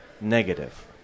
negative